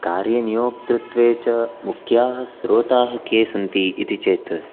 कार्यनियोक्तृत्वे च मुख्याः स्रोताः के सन्ति इति चेत्